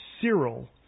Cyril